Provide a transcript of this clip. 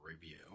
review